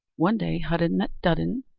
one day hudden met dudden,